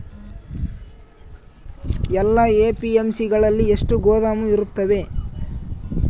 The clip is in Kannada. ಎಲ್ಲಾ ಎ.ಪಿ.ಎಮ್.ಸಿ ಗಳಲ್ಲಿ ಎಷ್ಟು ಗೋದಾಮು ಇರುತ್ತವೆ?